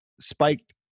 spiked